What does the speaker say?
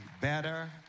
better